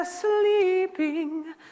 sleeping